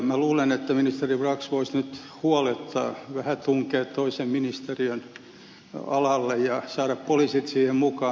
minä luulen että ministeri brax voisi nyt huoletta vähän tunkea toisen ministeriön alalle ja saada poliisit siihen mukaan